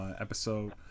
episode